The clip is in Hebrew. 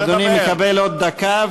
אדוני מקבל עוד דקה.